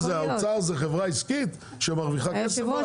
האוצר הוא חברה עסקית שמרוויחה כסף?